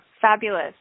fabulous